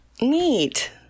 Neat